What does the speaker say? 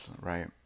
right